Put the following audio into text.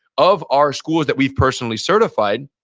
of our schools that we've personally certified,